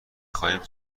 خواهیم